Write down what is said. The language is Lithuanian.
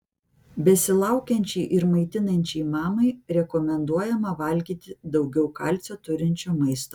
besilaukiančiai ir maitinančiai mamai rekomenduojama valgyti daugiau kalcio turinčio maisto